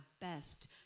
best